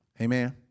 Amen